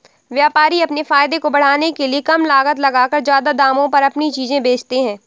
व्यापारी अपने फायदे को बढ़ाने के लिए कम लागत लगाकर ज्यादा दामों पर अपनी चीजें बेचते है